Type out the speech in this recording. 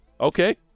Okay